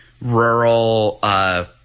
rural –